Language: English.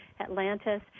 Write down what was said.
Atlantis